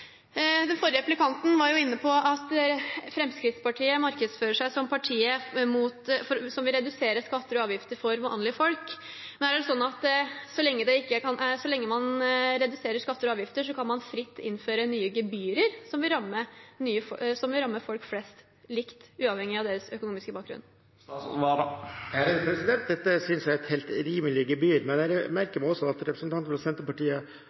Den forrige replikanten var inne på at Fremskrittspartiet markedsfører seg som partiet som vil redusere skatter og avgifter for vanlige folk. Er det slik nå at så lenge man reduserer skatter og avgifter, kan man fritt innføre nye gebyrer som rammer folk flest, likt, uavhengig av deres økonomiske bakgrunn? Dette synes jeg er et helt rimelig gebyr, men jeg merker meg også at representanten fra Senterpartiet